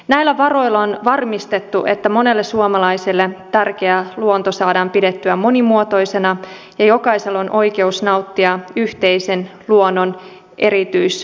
näillä varoilla on varmistettu että monelle suomalaiselle tärkeä luonto saadaan pidettyä monimuotoisena ja jokaisella on oikeus nauttia yhteisen luonnon erityislaatuisuudesta